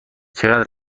چقدر